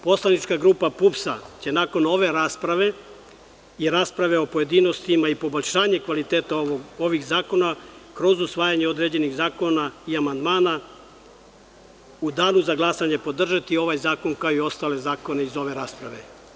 Poslanička grupa PUPS-a će nakon ove rasprave i rasprave o pojedinostima i poboljšanju kvaliteta ovih zakona kroz usvajanje određenih zakona i amandmana u Danu za glasanje podržati ovaj zakon, kao i ostale zakone iz ove rasprave.